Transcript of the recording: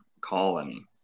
colony